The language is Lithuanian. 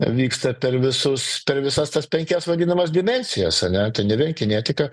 vyksta per visus visas tas penkias vadinamas dimensijas ane ten ne vien kinetika